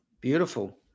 Beautiful